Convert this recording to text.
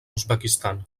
uzbekistan